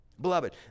beloved